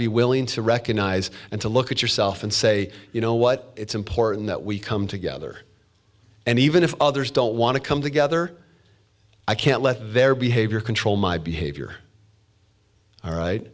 be willing to recognize and to look at yourself and say you know what it's important that we come together and even if others don't want to come together i can't let their behavior control my behavior all right